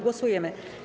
Głosujemy.